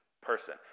person